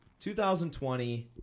2020